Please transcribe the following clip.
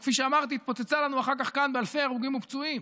שכפי שאמרתי התפוצצה לנו אחר כך באלפי הרוגים ופצועים.